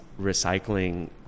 recycling